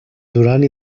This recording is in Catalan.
durant